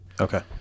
Okay